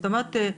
זאת אומרת,